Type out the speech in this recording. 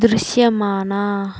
దృశ్యమాన